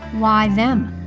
why them?